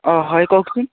অঁ হয় কওকচোন